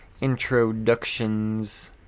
introductions